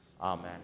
Amen